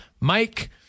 Mike